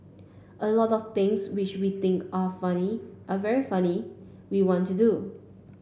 a lot of things which we think are funny are very funny we want to do